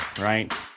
right